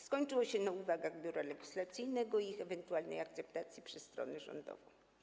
Skończyło się na uwagach Biura Legislacyjnego i ich ewentualnej akceptacji przez stronę rządową.